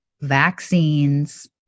vaccines